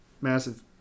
massive